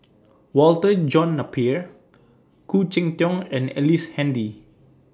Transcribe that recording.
Walter John Napier Khoo Cheng Tiong and Ellice Handy